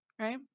right